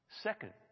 Second